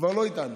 כבר לא איתנו.